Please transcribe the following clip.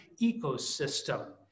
ecosystem